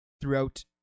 throughout